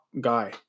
guy